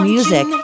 Music